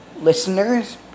listeners